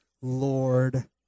Lord